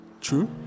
True